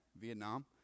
Vietnam